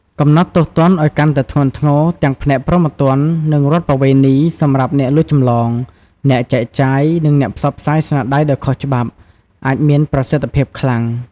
កំណត់ទោសទណ្ឌឱ្យកាន់តែធ្ងន់ធ្ងរទាំងផ្នែកព្រហ្មទណ្ឌ និងរដ្ឋប្បវេណីសម្រាប់អ្នកលួចចម្លង អ្នកចែកចាយ និងអ្នកផ្សព្វផ្សាយស្នាដៃដោយខុសច្បាប់ អាចមានប្រសិទ្ធភាពខ្លាំង។